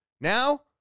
Now